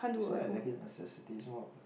it's not exactly a necessity it's more of a